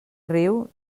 riu